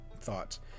thoughts